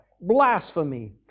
blasphemy